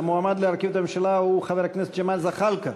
המועמד להרכיב את הממשלה הוא הפעם חבר הכנסת מוחמד ברכה.